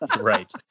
Right